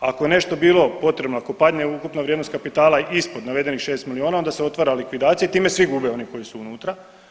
Ako je nešto bilo potrebno, ako padne ukupna vrijednost kapitala ispod navedenih šest milijuna, onda se otvara likvidacija i time svi gube oni koji su unutra.